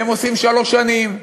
והם עושים שלוש שנים,